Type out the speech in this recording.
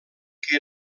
que